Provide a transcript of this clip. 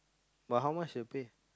but how much the pay